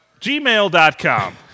Gmail.com